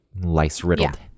lice-riddled